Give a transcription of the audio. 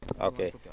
okay